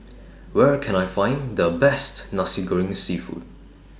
Where Can I Find The Best Nasi Goreng Seafood